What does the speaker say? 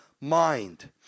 Mind